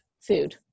food